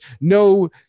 no